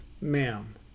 ma'am